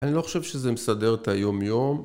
אני לא חושב שזה מסדר את היומיום